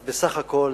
אז בסך הכול,